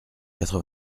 quatre